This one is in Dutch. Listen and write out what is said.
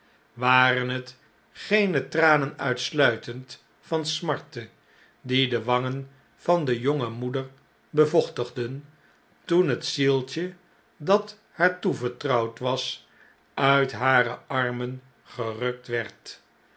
waren het geene tranen uitsluitend van smarte die dewangen van de jonge moeder bevochtigden toen het zieltje dat haar toevertrouwd was uit hare armen gerukt werd